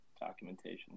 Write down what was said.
documentation